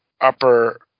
upper